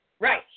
Right